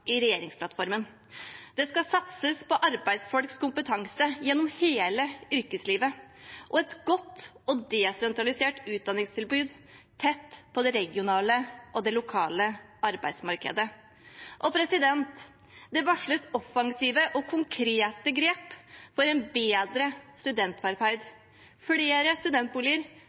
i regjeringsplattformen. Det skal satses på arbeidsfolks kompetanse gjennom hele yrkeslivet og på et godt og desentralisert utdanningstilbud tett på det regionale og lokale arbeidsmarkedet. Det varsles offensive og konkrete grep for bedre studentvelferd, flere studentboliger,